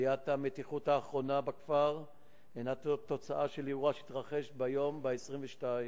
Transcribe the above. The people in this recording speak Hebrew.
עליית המתיחות האחרונה בכפר הינה תוצאה של אירוע שהתרחש באותו יום,